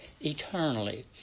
eternally